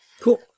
Cool